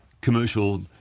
commercial